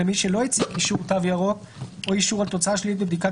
למי שלא הציג אישור "תו ירוק" או אישור על תוצאה שלילית בבדיקת